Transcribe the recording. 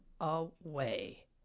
away